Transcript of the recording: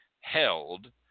held